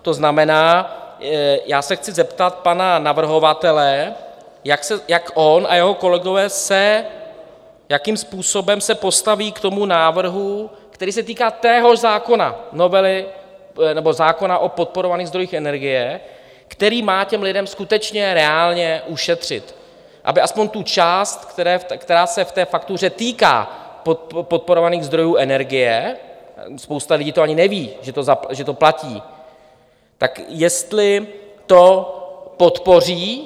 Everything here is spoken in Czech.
To znamená, já se chci zeptat pana navrhovatele, jak on a jeho kolegové se, jakým způsobem se postaví k tomu návrhu, který se týká téhož zákona, novely nebo zákona o podporovaných zdrojích energie, který má těm lidem skutečně reálně ušetřit, aby aspoň tu část, která se v té faktuře týká podporovaných zdrojů energie, spousta lidí to ani neví, že to platí, tak jestli to podpoří.